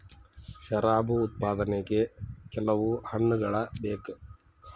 ಶರಾಬು ಉತ್ಪಾದನೆಗೆ ಕೆಲವು ಹಣ್ಣುಗಳ ಬೇಕು